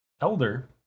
elder